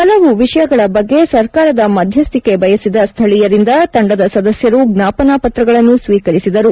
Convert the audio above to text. ಹಲವು ವಿಷಯಗಳ ಬಗ್ಗೆ ಸರ್ಕಾರದ ಮಧ್ಯಸ್ಥಿಕೆ ಬಯಸಿದ ಸ್ಥಳೀಯರಿಂದ ತಂಡದ ಸದಸ್ಯರು ಜ್ಞಾಪನಾ ಪತ್ರಗಳನ್ನು ಸ್ವೀಕರಿಸಿದರು